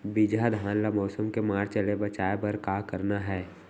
बिजहा धान ला मौसम के मार्च ले बचाए बर का करना है?